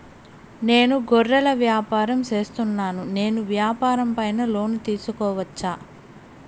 నేను గొర్రెలు వ్యాపారం సేస్తున్నాను, నేను వ్యాపారం పైన లోను తీసుకోవచ్చా?